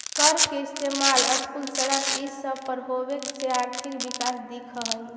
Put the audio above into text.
कर के इस्तेमाल स्कूल, सड़क ई सब पर होबे से आर्थिक विकास दिख हई